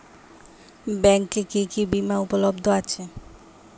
ব্যাংকে কি কি বিমা উপলব্ধ আছে?